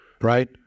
right